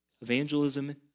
Evangelism